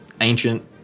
ancient